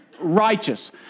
righteous